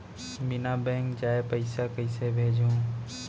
बिना बैंक जाए पइसा कइसे भेजहूँ?